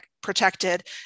protected